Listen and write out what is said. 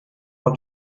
want